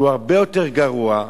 שהוא הרבה יותר גרוע,